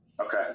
Okay